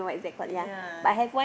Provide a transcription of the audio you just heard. yea